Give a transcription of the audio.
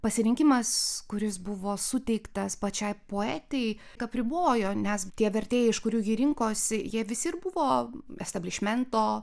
pasirinkimas kuris buvo suteiktas pačiai poetei apribojo nes tie vertėjai iš kurių ji rinkosi jie visi ir buvo establišmento